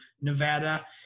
Nevada